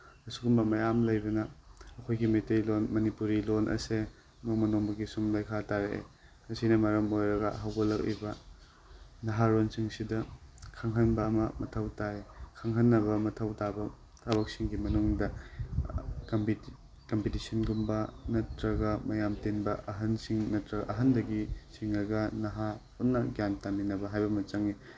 ꯑꯁꯤꯒꯨꯝꯕ ꯃꯌꯥꯝ ꯂꯩꯕꯅ ꯑꯩꯈꯣꯏꯒꯤ ꯃꯩꯇꯩꯂꯣꯟ ꯃꯅꯤꯄꯨꯔꯤ ꯂꯣꯟ ꯑꯁꯦ ꯅꯣꯡꯃ ꯅꯣꯡꯃꯒꯤ ꯁꯨꯝ ꯂꯩꯈꯥ ꯇꯥꯔꯛꯑꯦ ꯑꯁꯤꯅ ꯃꯔꯝ ꯑꯣꯏꯔꯒ ꯍꯧꯒꯠꯂꯛꯂꯤꯕ ꯅꯍꯥꯔꯣꯜꯁꯤꯡꯁꯤꯗ ꯈꯪꯍꯟꯕ ꯑꯃ ꯃꯊꯧ ꯇꯥꯏ ꯈꯪꯍꯟꯅꯕ ꯃꯊꯧ ꯇꯥꯕ ꯊꯕꯛꯁꯤꯡꯒꯤ ꯃꯅꯨꯡꯗ ꯀꯝꯄꯤꯇꯤꯁꯟꯒꯨꯝꯕ ꯅꯠꯇ꯭ꯔꯒ ꯃꯌꯥꯝ ꯇꯤꯟꯕ ꯑꯍꯟꯁꯤꯡ ꯅꯠꯇ꯭ꯔ ꯑꯍꯟꯗꯒꯤ ꯆꯤꯡꯉꯒ ꯅꯍꯥ ꯄꯨꯟꯅ ꯒ꯭ꯌꯥꯟ ꯇꯥꯃꯤꯟꯅꯕ ꯍꯥꯏꯕ ꯑꯃ ꯆꯪꯏ